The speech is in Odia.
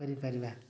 କରିପାରିବା